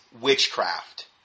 witchcraft